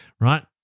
right